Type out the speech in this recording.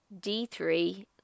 d3